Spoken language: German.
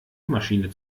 maschine